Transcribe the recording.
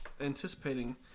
anticipating